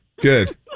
Good